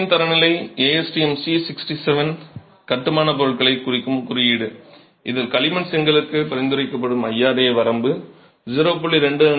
ASTM தரநிலை ASTM C67 கட்டுமானப் பொருட்களைக் குறிக்கும் குறியீடு இதில் களிமண் செங்கலுக்கு பரிந்துரைக்கப்படும் IRA வரம்பு 0